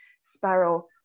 sparrow